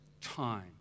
time